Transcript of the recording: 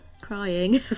Crying